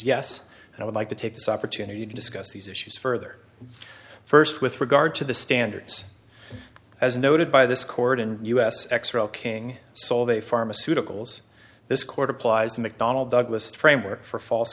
yes and i would like to take this opportunity to discuss these issues further first with regard to the standards as noted by this chord in us x real king soul they pharmaceuticals this court applies mcdonnell douglas a framework for false